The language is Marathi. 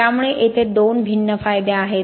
त्यामुळे येथे दोन भिन्न फायदे आहेत